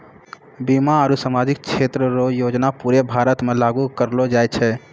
बीमा आरू सामाजिक क्षेत्र रो योजना पूरे भारत मे लागू करलो जाय छै